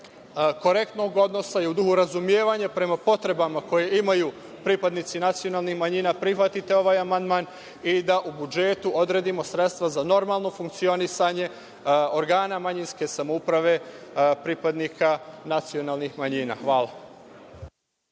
korektnog odnosa i u duhu razumevanja prema potrebama koje imaju pripadnici nacionalnih manjina prihvatite ovaj amandman i da u budžetu odredimo sredstva za normalno funkcionisanje organa manjinske samouprave pripadnika nacionalnih manjina. Hvala.